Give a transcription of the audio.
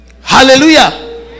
Hallelujah